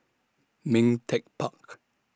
Ming Teck Park